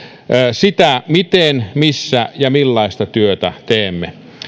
sitä miten missä ja millaista työtä teemme